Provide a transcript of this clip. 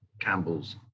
campbells